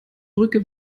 brücke